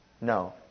No